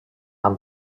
amb